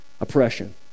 Oppression